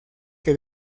que